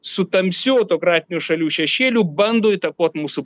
su tamsių autokratinių šalių šešėliu bando įtakot mūsų